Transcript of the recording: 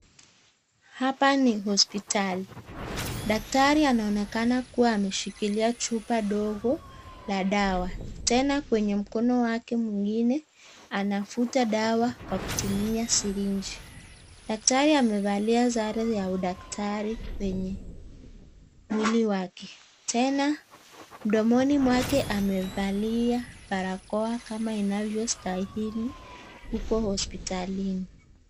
Hapa ni hospitali daktari anaonekana kuwa ameshikilia chupa ndogo la dawa tena kwenye mkono wake ingine anafuta dawa kwa kutumia sirinji, daktari amevalia sare za udktari kwenye mwili wake tena mndomoni mwake amevalia barakoa kana invyostaili huko hospitalini.